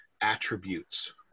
attributes